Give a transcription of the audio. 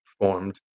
performed